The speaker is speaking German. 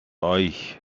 euch